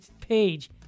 page